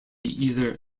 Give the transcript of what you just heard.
either